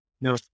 no